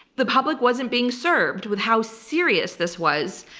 the public wasn't being served with how serious this was,